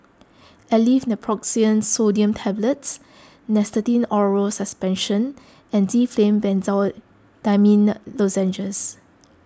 Aleve Naproxen Sodium Tablets Nystatin Oral Suspension and Difflam Benzydamine Lozenges